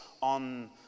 on